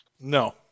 No